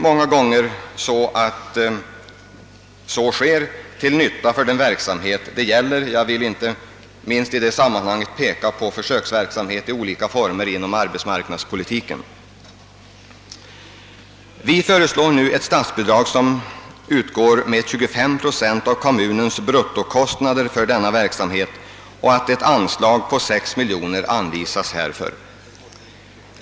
Många gånger är sådant till nytta för den verksamhet det gäller. Jag vill i detta sammanhang inte minst peka på försöksverksamhet i olika former på arbetsmarknadsområdet. Vi föreslår nu ett statsbidrag som skulle utgå med 25 procent av kommunens bruttokostnader för denna wverksamhet och att ett anslag på 6 miljoner kromor anvisas härför.